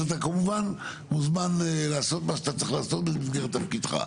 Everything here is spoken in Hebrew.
אז אתה כמובן מוזמן לעשות מה שאתה צריך לעשות במסגרת תפקידך.